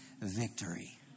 victory